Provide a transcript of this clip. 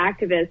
activists